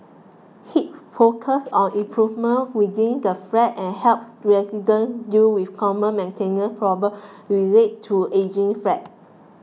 hip focus on improvements within the flat and helps residents deal with common maintenance problem relate to ageing flats